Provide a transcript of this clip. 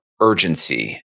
urgency